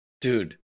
dude